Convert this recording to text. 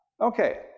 Okay